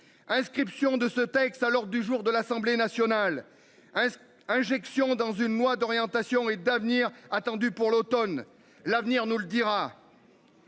Inscription de ce texte à l'ordre du jour de l'Assemblée nationale. Hein. Injection dans une loi d'orientation et d'avenir attendu pour l'Automne, l'avenir nous le dira.